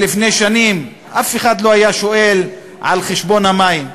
לפני שנים אף אחד לא היה שואל על חשבון המים.